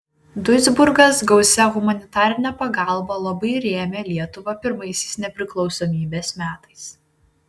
duisburgas gausia humanitarine pagalba labai rėmė lietuvą pirmaisiais nepriklausomybės metais